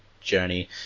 journey